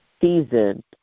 season